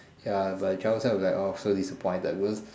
ya but child self will be like orh so disappointed because